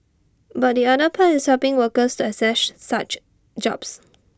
but the other part is helping workers to access such jobs